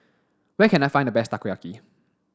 where can I find the best Takoyaki